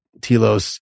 telos